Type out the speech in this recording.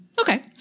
Okay